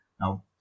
Now